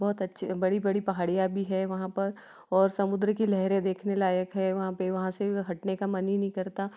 बहुत अच्छे बड़ी बड़ी पहाड़ियाँ भी हैं वहाँ पर और समुद्र की लहरे देखने लायक है वहाँ पर वहाँ से हटने का मन ही नहीं करता